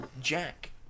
Jack